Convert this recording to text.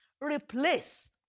Replace